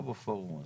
לא בפורום הזה.